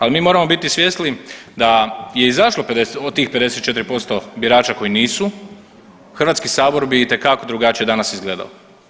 Ali mi moramo biti svjesni da je izašlo 50, od tih 54% birača koji nisu Hrvatski sabor bi itekako drugačije danas izgledao.